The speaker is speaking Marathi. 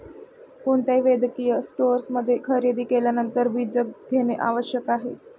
कोणत्याही वैद्यकीय स्टोअरमध्ये खरेदी केल्यानंतर बीजक घेणे आवश्यक आहे